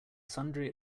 sundry